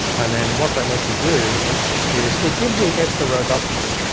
and then what that lets you do is it gives you extra robustness.